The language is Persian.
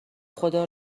خدا